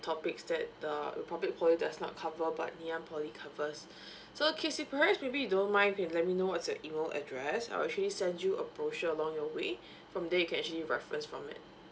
topics that the republic poly does not cover but nanyang poly covers so kesy perhaps maybe you don't mind if you let me know what's your email address I'll actually send you a brochure along your way from there you can actually reference from it